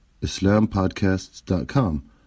islampodcasts.com